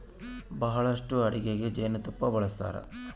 ಬಹಳಷ್ಟು ಅಡಿಗೆಗ ಜೇನುತುಪ್ಪನ್ನ ಬಳಸ್ತಾರ